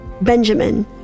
Benjamin